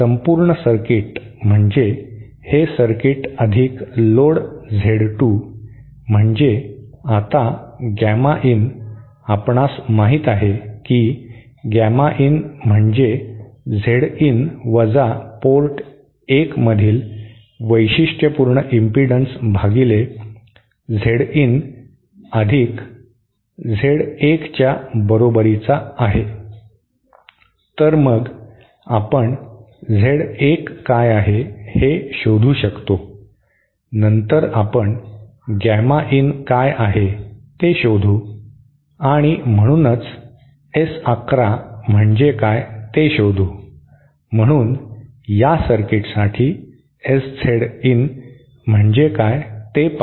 संपूर्ण सर्किट म्हणजे हे सर्किट अधिक लोड Z 2 म्हणजे आता गॅमा इन आपणास माहित आहे की गॅमा इन म्हणजे Z इन वजा पोर्ट 1 मधील वैशिष्ट्यपूर्ण इम्पिडन्स भागिले Z इन अधिक Z 1 च्या बरोबरीचा आहे तर मग आपण Z 1 काय आहे हे शोधू शकतो नंतर आपण गॅमा इन काय आहे ते शोधू आणि म्हणूनच S 1 1 म्हणजे काय ते शोधू म्हणून या सर्किटसाठी S Z इन म्हणजे काय ते पाहू